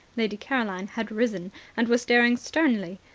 lady caroline had risen, and was staring sternly.